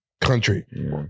country